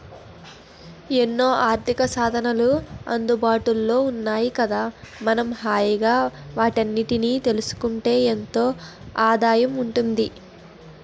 ఎన్నో ఆర్థికసాధనాలు అందుబాటులో ఉన్నాయి కదా మనం హాయిగా వాటన్నిటినీ తెలుసుకుంటే ఎంతో ఆదాయం ఉంటుంది